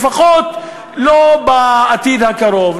לפחות לא בעתיד הקרוב.